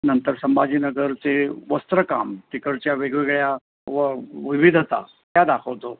नंतर संभाजीनगरचे वस्त्रकाम तिकडच्या वेगवेगळ्या व विविधता त्या दाखवतो